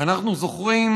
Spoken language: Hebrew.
אנחנו זוכרים